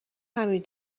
همین